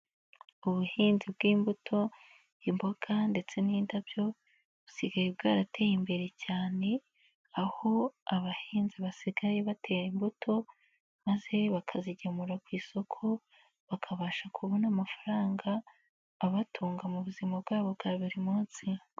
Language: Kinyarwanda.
Ubuhinzi bw'imbuto, imboga ndetse n'indabyo busigaye bwarateye imbere cyane, aho abahinzi basigaye batera imbuto maze bakazigemura ku isoko, bakabasha kubona amafaranga abatunga mu buzima bwabo bwa buri munsi.